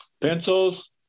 pencils